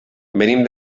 venim